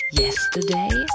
yesterday